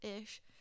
ish